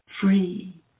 free